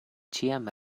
ĉiam